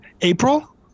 April